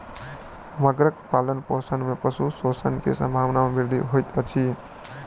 मगरक पालनपोषण में पशु शोषण के संभावना में वृद्धि होइत अछि